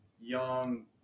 young